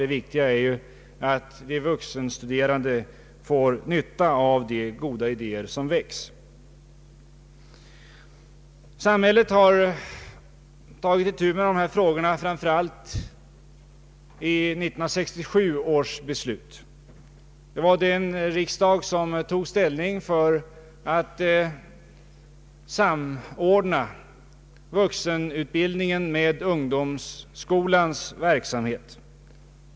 Det viktiga är att de vuxenstuderande får nytta av de goda idéer som väcks. Samhället har tagit itu med dessa frågor framför allt i och med 1967 års riksdagsbeslut. Det var det året riksdagen tog ställning för att samordna vuxenutbildningen med ungdomsskolans verksamhet.